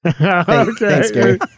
Okay